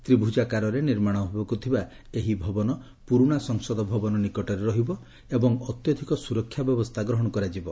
ତ୍ରିଭ୍ରୁଜାକାରରେ ନିର୍ମାଣ ହେବାକୁ ଥିବା ଏହି ଭବନ ପୁରୁଣା ସଂସଦ ଭବନ ନିକଟରେ ରହିବ ଏବଂ ଅତ୍ୟଧିକ ସୁରକ୍ଷା ବ୍ୟବସ୍ଥା ଗ୍ରହଣ କରାଯିବ